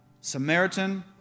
Samaritan